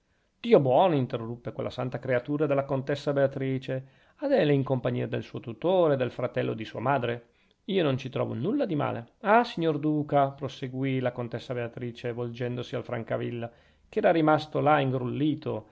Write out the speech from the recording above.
dio buono interruppe quella santa creatura della contessa beatrice adele è in compagnia del suo tutore del fratello di sua madre io non ci trovo nulla di male ah signor duca proseguì la contessa beatrice volgendosi al francavilla che era rimasto